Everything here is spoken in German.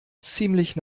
ziemlich